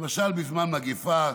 למשל בזמן מגפה,